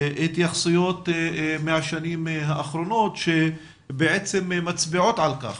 התייחסויות מהשנים האחרונות שבעצם מצביעות על כך